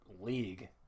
league